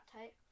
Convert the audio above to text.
tight